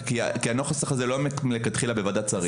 זה הנוסח הזה לא היה מלכתחילה בוועדת שרים.